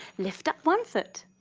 lift up one foot,